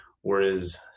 whereas